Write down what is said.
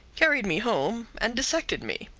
carried me home, and dissected me.